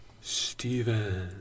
Steven